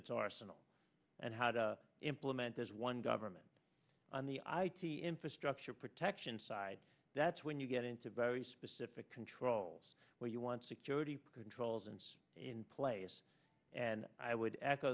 its arsenal and how to implement those one government on the i t infrastructure protection side that's when you get into very specific controls where you want security controls and in place and i would